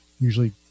usually